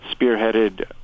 spearheaded